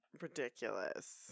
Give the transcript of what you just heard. ridiculous